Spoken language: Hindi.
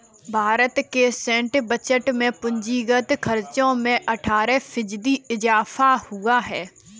भारत के सैन्य बजट के पूंजीगत खर्चो में अट्ठारह फ़ीसदी इज़ाफ़ा हुआ है